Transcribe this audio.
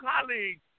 colleagues